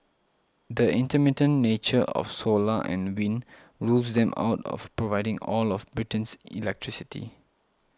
the intermittent nature of solar and wind rules them out of providing all of Britain's electricity